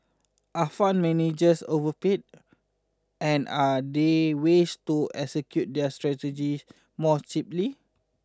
are fund managers overpaid and are there ways to execute their strategies more cheaply